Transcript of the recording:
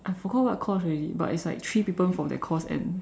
I forgot what course already but it's like three people from that course and